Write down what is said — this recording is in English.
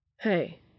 Hey